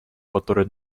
которое